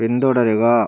പിന്തുടരുക